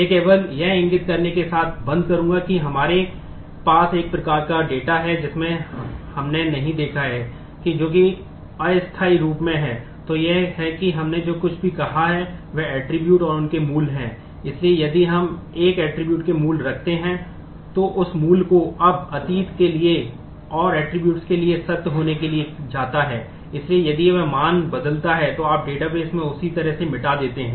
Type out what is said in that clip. मै केवल यह इंगित करने के साथ बंद करूँगा कि अगर हमारे पास एक प्रकार का डेटा में उसे पूरी तरह से मिटा देते हैं